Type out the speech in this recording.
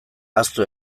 ahaztu